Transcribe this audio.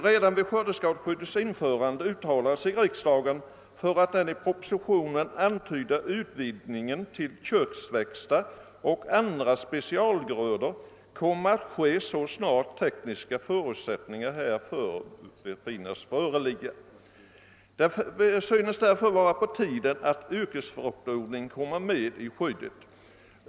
Redan vid skördeskadeskyddets införande uttalade sig riksdagen för att »den i propositionen antydda utvidgningen till köksväxter och andra specialgrödor kommer att ske så snart tekniska förutsättningar befinnes föreligga». Det synes därför vara på tiden att den yrkesmässiga fruktodlingen kommer med i skyddet.